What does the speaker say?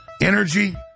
Energy